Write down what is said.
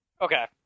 Okay